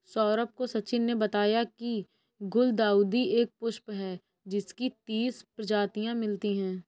सौरभ को सचिन ने बताया की गुलदाउदी एक पुष्प है जिसकी तीस प्रजातियां मिलती है